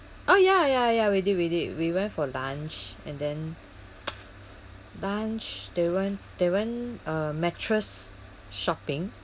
oh ya ya ya we did we did we went for lunch and then lunch they went they went uh mattress shopping